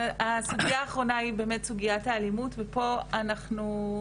הסוגיה האחרונה היא באמת סוגיית האלימות ופה אנחנו,